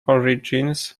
origins